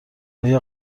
آیا